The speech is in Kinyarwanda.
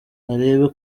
arebe